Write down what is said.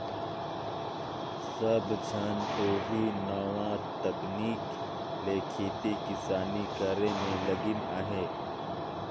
सब झन ओही नावा तकनीक ले खेती किसानी करे में लगिन अहें